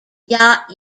yacht